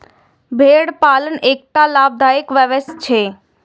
भेड़ पालन एकटा लाभदायक व्यवसाय छियै